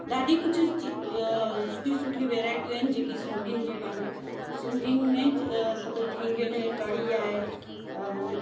ॾाढी कुझु सुठी सुठी वेराइटियूं आहिनि जेकी सिंधियुनि जी पंहिंजी उहे सिंधियुनि में सभु थींदियूं आहिनि कड़ी आहे